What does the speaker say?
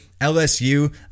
LSU